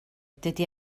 dydy